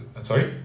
I'm sorry